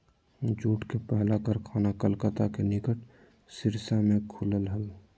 jute के पहला कारखाना कलकत्ता के निकट रिसरा में खुल लय हल